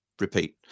repeat